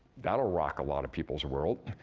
that'll rock a lotta people's world.